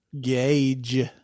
Gauge